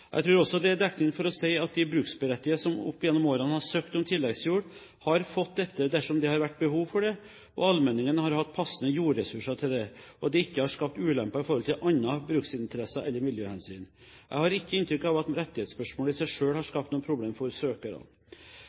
Jeg tror også det er dekning for å si at de bruksberettigede som opp gjennom årene har søkt om tilleggsjord, har fått dette dersom det har vært behov for det, allmenningene har hatt passende jordressurser til det, og det ikke har skapt ulemper i forhold til andre bruksrettsinteresser, eller miljøhensyn. Jeg har ikke inntrykk av at rettighetsspørsmålet i seg selv har skapt noe problem for søkerne.